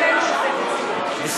הוא לא קיים.